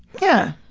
yeah.